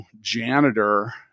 janitor